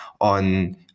on